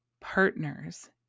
partners